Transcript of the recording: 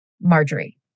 Marjorie